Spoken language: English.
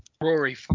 rory